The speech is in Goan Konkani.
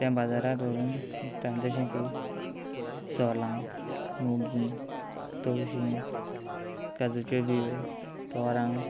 त्या बाजारांत व्हरून विकतात जशें की सोलां मोगीं तोवशीं काजूच्यो बियो तोरां